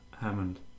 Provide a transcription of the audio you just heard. Hammond